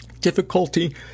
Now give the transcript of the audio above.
difficulty